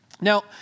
Now